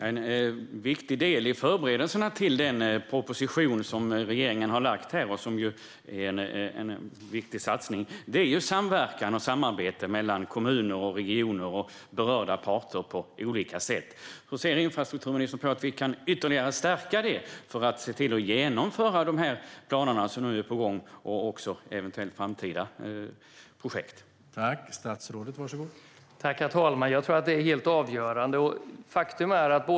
Herr talman! En viktig del i förberedelserna till den proposition som regeringen har lagt fram och som innehåller en viktig satsning är samverkan och samarbete mellan kommuner, regioner och berörda parter. Hur ser infrastrukturministern på att vi ytterligare kan stärka det och se till att genomföra de planer som nu är på gång och eventuellt också framtida projekt?